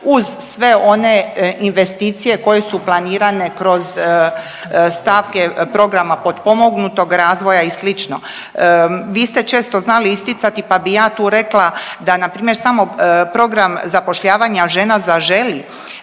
uz sve one investicije koje su planirane kroz stavke programa potpomognutog razvoja i slično. Vi ste često znali isticati, pa bi ja tu rekla da npr. samo program zapošljavanja žena „Zaželi“